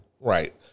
Right